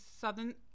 southern